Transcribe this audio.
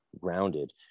grounded